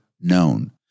known